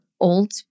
old